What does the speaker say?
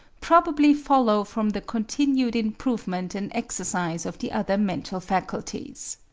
probably follow from the continued improvement and exercise of the other mental faculties.